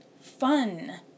fun